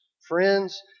friends